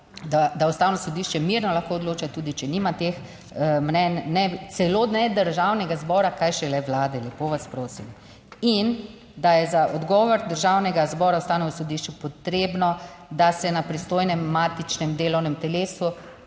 da Ustavno sodišče mirno lahko odloča, tudi če nima teh mnenj. Ne, celo ne Državnega zbora, kaj šele Vlade, lepo vas prosim. In da je za odgovor Državnega zbora Ustavnemu sodišču potrebno, da se na pristojnem matičnem delovnem telesu